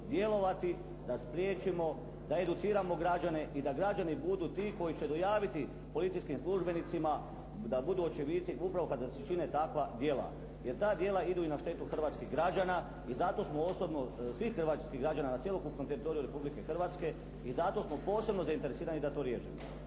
da spriječimo, da educiramo građane i da građani budu ti koji će dojaviti policijskim službenicima da budu očevici upravo kada se čine takva djela. Jer ta djela idu i na štetu hrvatskih građana i zato smo osobno svih hrvatskih građana na cjelokupnom teritoriju Republike Hrvatske i zato smo posebno zainteresirani da to riješimo.